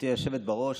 גברתי היושבת בראש,